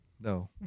no